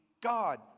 God